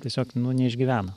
tiesiog nu neišgyvena